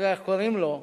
לא יודע איך קוראים לו,